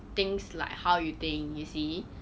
thinks like how you think you see